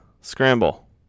scramble